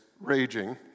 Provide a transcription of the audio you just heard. raging